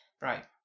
Right